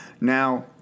Now